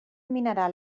mineral